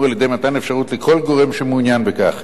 על-ידי מתן אפשרות לכל גורם שמעוניין בכך,